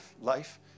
life